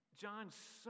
John's